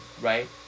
right